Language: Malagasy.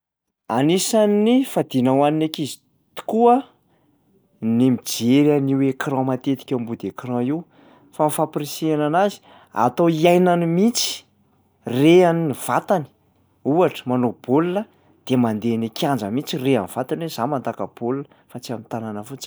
Anisan'ny fadiana ho an'ny ankizy tokoa ny mijery an'io écran matetika eo ambody écran io fa ny fampirisihana anazy: atao iainany mihitsy, rean'ny vatany. Ohatra manao baolina de mandeha eny an-kianja mihitsy rean'ny vatany hoe zaho mandaka baolina fa tsy am'tànana fotsiny.